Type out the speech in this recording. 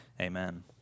Amen